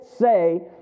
say